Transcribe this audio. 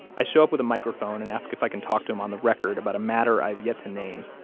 i show up with a microphone and ask if i can talk to him on the record about a matter i've yet to name,